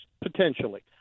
Potentially